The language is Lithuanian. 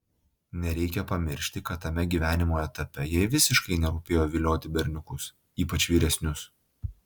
nereikia pamiršti kad tame gyvenimo etape jai visiškai nerūpėjo vilioti berniukus ypač vyresnius